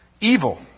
evil